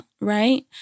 right